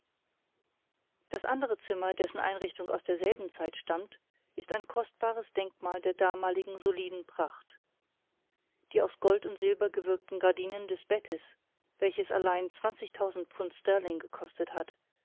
das andere zimmer dessen einrichtung aus derselben zeit stammt ist ein kostbares denkmal der damaligen soliden pracht die aus gold und silber gewirkten gardinen des bettes welches allein zwanzigtausend pfund sterling gekostet hat